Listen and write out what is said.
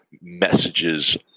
messages